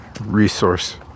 resource